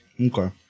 Okay